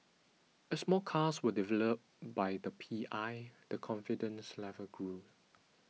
as more cars were delivered by the P I the confidence level grew